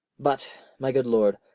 but, my good lord,